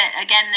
again